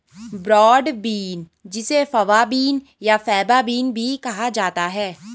broad bean जिसे fava bean या faba bean भी कहा जाता है